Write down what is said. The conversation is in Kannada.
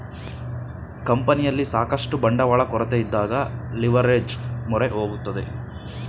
ಕಂಪನಿಯಲ್ಲಿ ಸಾಕಷ್ಟು ಬಂಡವಾಳ ಕೊರತೆಯಿದ್ದಾಗ ಲಿವರ್ಏಜ್ ಮೊರೆ ಹೋಗುತ್ತದೆ